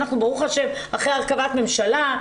אנחנו ברוך השם אחרי הרכבת ממשלה,